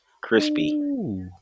Crispy